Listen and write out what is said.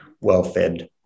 well-fed